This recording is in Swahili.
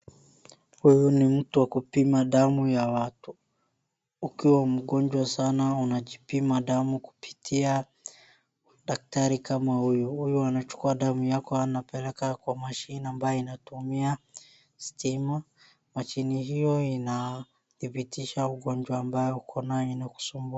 Huyu ni mtu wa kupima damu ya watu. Ukiwa mgonjwa sana unajipima damu kupitia daktari kama huyu. Huyu anachukua damu yako anapeleka kwa mashini ambayo inatumia stima, mashini hio inadhibitisha ugonywa ambayo uko nayo inakusumbua.